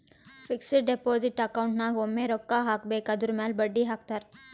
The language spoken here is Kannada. ಫಿಕ್ಸಡ್ ಡೆಪೋಸಿಟ್ ಅಕೌಂಟ್ ನಾಗ್ ಒಮ್ಮೆ ರೊಕ್ಕಾ ಹಾಕಬೇಕ್ ಅದುರ್ ಮ್ಯಾಲ ಬಡ್ಡಿ ಹಾಕ್ತಾರ್